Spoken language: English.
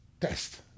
test